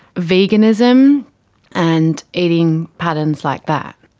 veganism and eating patterns like that.